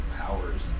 powers